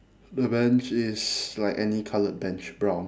the bench is like any coloured bench brown